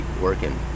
working